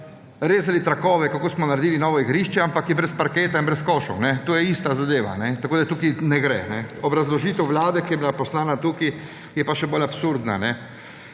rezali trakove, kako smo naredili novo igrišče, ampak je brez parketa in brez košev. To je ista zadeva. Tukaj ne gre. Obrazložitev vlade, ki je bila poslana, je pa še bolj absurdna.